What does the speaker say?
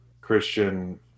Christian